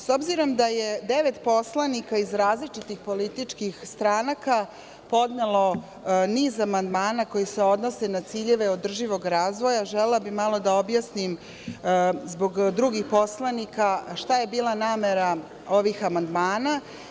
S obzirom da je devet poslanika iz različitih političkih stranaka podnelo niz amandmana koji se odnose na ciljeve održivog razvoja, želela bih malo da objasnim, zbog drugih poslanika, šta je bila namera ovih amandmana.